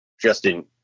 Justin